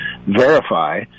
verify